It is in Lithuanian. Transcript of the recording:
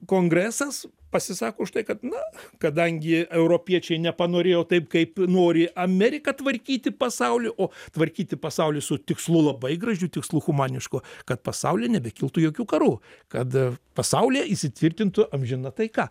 kongresas pasisako už tai kad na kadangi europiečiai nepanorėjo taip kaip nori amerika tvarkyti pasaulį o tvarkyti pasaulį su tikslu labai gražiu tikslu humanišku kad pasauly nebekiltų jokių karų kad pasaulyje įsitvirtintų amžina taika